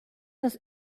das